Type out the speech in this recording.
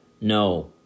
No